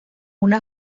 una